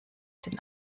den